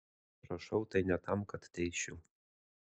rašau tai ne tam kad teisčiau